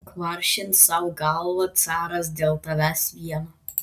kvaršins sau galvą caras dėl tavęs vieno